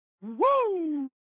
Woo